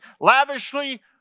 lavishly